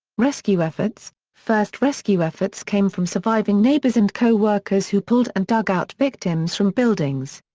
rescue efforts first rescue efforts came from surviving neighbours and co-workers who pulled and dug out victims from buildings.